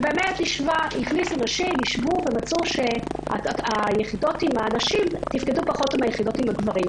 שהשווה ומצא שהיחידות עם הנשים תפקדו טוב פחות מהיחידות עם הגברים,